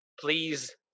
please